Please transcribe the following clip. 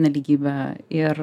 nelygybę ir